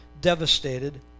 devastated